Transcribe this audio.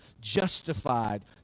justified